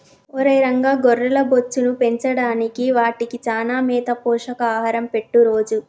ఒరై రంగ గొర్రెల బొచ్చును పెంచడానికి వాటికి చానా మేత పోషక ఆహారం పెట్టు రోజూ